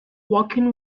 walking